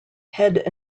head